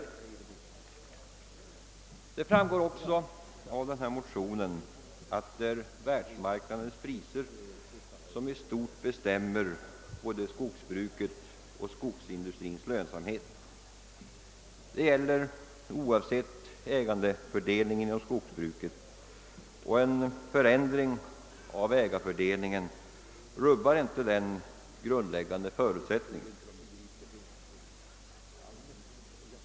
Det framgår också av motionerna att det är världsmarknadspriserna som i stort sett bestämmer både skogsbrukets och skogsindustrins lönsamhet. Detta gäller oavsett ägandefördelningen inom skogsbruket, och en förändring av ägarstrukturen rubbar inte denna grundläggande förutsättning.